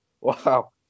wow